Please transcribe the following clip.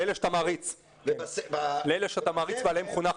לאלה שאתה מעריץ ועליהם חונכת.